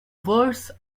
worse